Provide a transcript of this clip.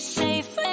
safe